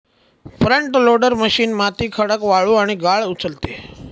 front loader machine माती, खडक, वाळू आणि गाळ उचलते